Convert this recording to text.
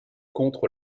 contre